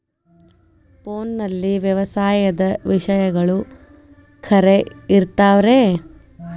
ಫೋನಲ್ಲಿ ವ್ಯವಸಾಯದ ವಿಷಯಗಳು ಖರೇ ಇರತಾವ್ ರೇ?